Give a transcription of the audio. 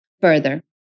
further